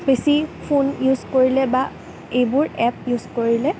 বেছি phone use কৰিলে বা এইবোৰ এপ ইউজ কৰিলে